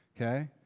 Okay